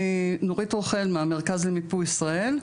אני נורית רוכל מהמרכז למיפוי ישראל.